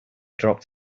dropped